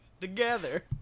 together